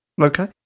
Okay